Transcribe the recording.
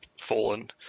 fallen